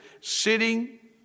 sitting